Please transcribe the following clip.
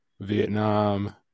Vietnam